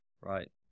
Right